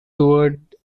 toward